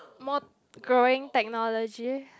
more going technology